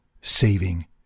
saving